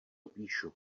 píšu